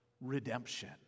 redemption